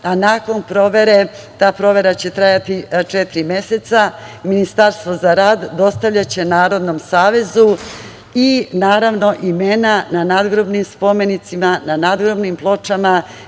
a nakon provere, ta provera će trajati četiri meseca, Ministarstvo za rad dostavljaće Narodnom savezu i naravno imena na nadgrobnim spomenicima, na nadgrobnim pločama